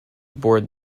board